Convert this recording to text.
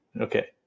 Okay